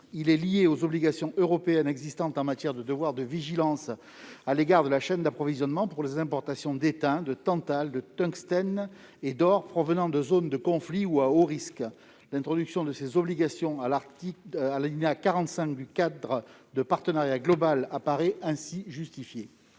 Il est lié aux obligations européennes existantes en matière de devoir de vigilance à l'égard de la chaîne d'approvisionnement pour les importations d'étain, de tantale, de tungstène et d'or provenant de zones de conflit ou à haut risque. L'introduction de ces obligations à l'alinéa 45 du cadre de partenariat global apparaît ainsi justifiée.